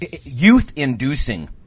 youth-inducing